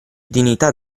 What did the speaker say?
dignità